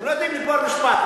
אתם לא יודעים לגמור משפט.